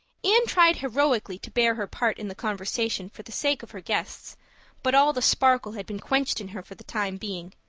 anne tried heroically to bear her part in the conversation for the sake of her guests but all the sparkle had been quenched in her for the time being,